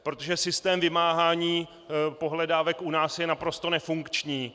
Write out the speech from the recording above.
Protože systém vymáhání pohledávek je u nás naprosto nefunkční.